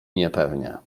niepewnie